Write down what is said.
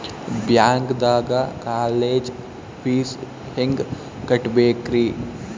ಬ್ಯಾಂಕ್ದಾಗ college fees ಹೆಂಗ್ ಕಟ್ಟ್ಬೇಕ್ರಿ?